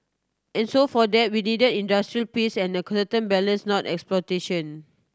and so for that we needed industrial peace and a certain balance not exploitation